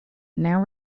now